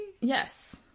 Yes